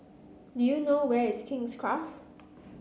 do you know where is King's Close